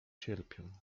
cierpią